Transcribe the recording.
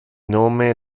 nome